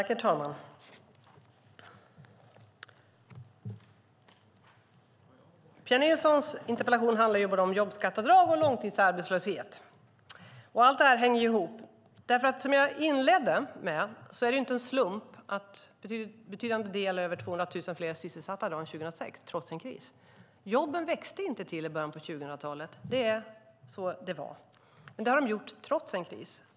Herr talman! Pia Nilssons interpellation handlar om både jobbskatteavdrag och långtidsarbetslöshet. Allt detta hänger ihop. Som jag sade i min inledning är det inte en slump att över 200 000 fler är sysselsatta i dag än 2006 trots krisen. Jobben växte inte till i början av 2000-talet, men nu har de gjort det trots en kris.